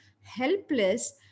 helpless